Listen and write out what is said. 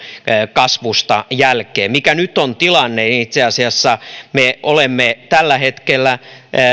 kasvusta jälkeen mikä nyt on tilanne itse asiassa me olemme tällä hetkellä